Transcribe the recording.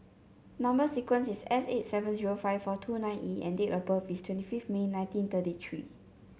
number sequence is S eight seven zero five four two nine E and date of birth is twenty fifth May nineteen thirty three